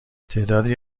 تعدادی